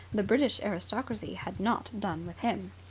the british aristocracy had not done with him.